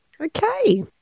Okay